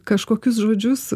kažkokius žodžius